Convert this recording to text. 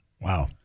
Wow